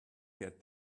get